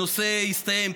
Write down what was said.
הנושא יסתיים.